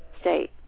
state